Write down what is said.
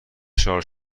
شارژ